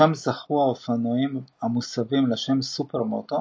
שם זכו האופנועים המוסבים לשם סופרמוטו